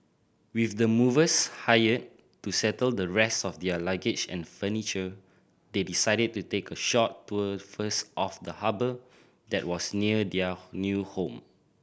with the movers hired to settle the rest of their luggage and furniture they decided to take a short tour first of the harbour that was near their new home